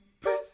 press